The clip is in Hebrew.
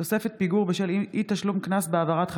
(תוספת פיגור בשל אי-תשלום קנס בהעברת חניה),